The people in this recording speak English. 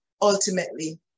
ultimately